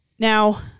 Now